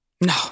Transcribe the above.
no